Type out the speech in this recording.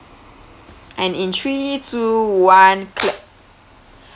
and in three two one clap